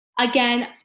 Again